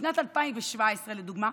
בשנת 2017, לדוגמה,